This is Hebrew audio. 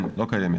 לא קיימת.